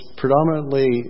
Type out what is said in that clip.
predominantly